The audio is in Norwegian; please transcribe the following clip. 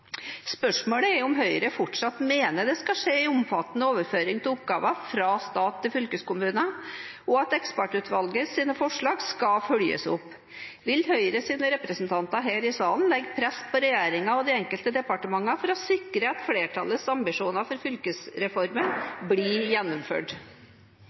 Spørsmålet er om Høyre fortsatt mener det skal skje en omfattende overføring av oppgaver fra stat til fylkeskommuner, og at ekspertutvalgets forslag skal følges opp. Vil Høyres representanter her i salen legge press på regjeringen og de enkelte departementene for å sikre at flertallets ambisjoner for